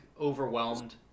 overwhelmed